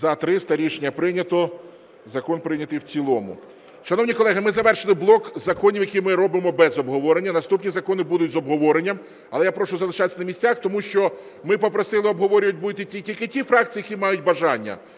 За-300 Рішення прийнято. Закон прийнятий в цілому. Шановні колеги, ми завершили блок законів, які ми робимо без обговорення. Наступні закони будуть з обговоренням. Але я прошу залишатися на місцях, тому що ми попросили, обговорювати будуть тільки ті фракції, які мають бажання,